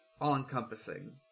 all-encompassing